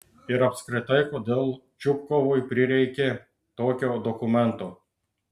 ir apskritai kodėl čupkovui prireikė tokio dokumento